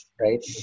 right